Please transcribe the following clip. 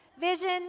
Vision